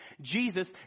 Jesus